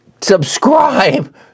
subscribe